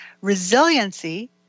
Resiliency